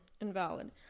invalid